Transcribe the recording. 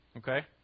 Okay